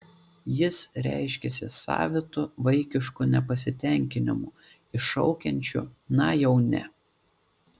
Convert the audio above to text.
jis reiškiasi savitu vaikišku nepasitenkinimu iššaukiančiu na jau ne